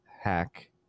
hack